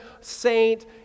saint